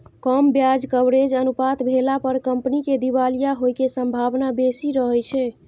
कम ब्याज कवरेज अनुपात भेला पर कंपनी के दिवालिया होइ के संभावना बेसी रहै छै